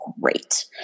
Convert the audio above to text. Great